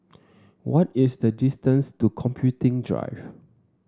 what is the distance to Computing Drive